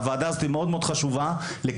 הוועדה הזאת חשובה מאוד,